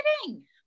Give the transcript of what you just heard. kidding